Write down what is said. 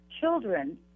children